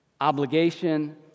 obligation